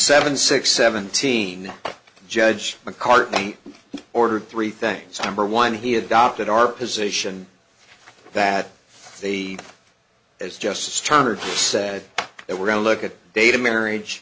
seven six seventeen judge mccarthy ordered three things number one he adopted our position that they as justice turner said that we're going to look at data marriage